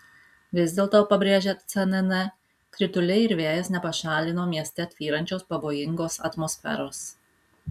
vis dėlto pabrėžia cnn krituliai ir vėjas nepašalino mieste tvyrančios pavojingos atmosferos